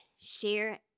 share